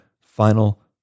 final